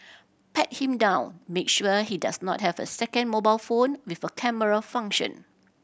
pat him down make sure he does not have a second mobile phone with a camera function